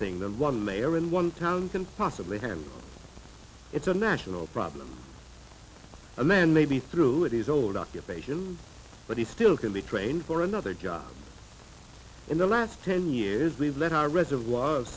thing than one mayor in one town can possibly him it's a national problem a man may be through it is old occupation but he still can retrain for another job in the last ten years we've let our reservoir